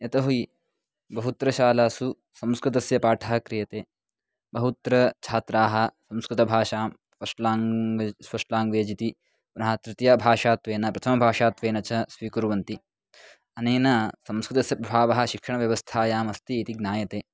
यतो हि बहुत्र शालासु संस्कृतस्य पाठः क्रियते बहुत्र छात्राः संस्कृतभाषां फ़स्ट् लाङ्ग्वेज् फ़स्ट् लाङ्ग्वेज् इति पुनः तृतीयभाषात्वेन प्रथमभाषात्वेन च स्वीकुर्वन्ति अनेन संस्कृतस्य प्रभावः शिक्षणव्यवस्थायाम् अस्ति इति ज्ञायते